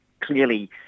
clearly